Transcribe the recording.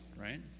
right